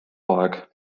aeg